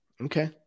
okay